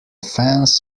fans